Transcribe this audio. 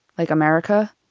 like america,